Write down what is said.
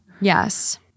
Yes